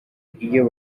iyo